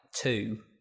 Two